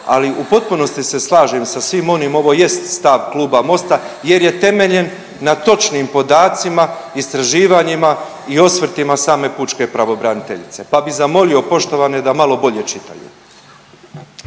Ali u potpunosti se s slažem sa svim onim ovo jest stav kluba Mosta jer je temeljen na točnim podacima, istraživanjima i osvrtima same pučke pravobraniteljice. Pa bi zamolio poštovane da malo bolje čitaju.